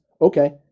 Okay